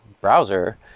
browser